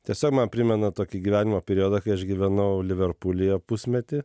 tiesiog man primena tokį gyvenimo periodą kai aš gyvenau liverpulyje pusmetį